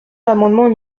l’amendement